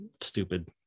stupid